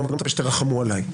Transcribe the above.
ואני לא מצפה שתרחמו עליי,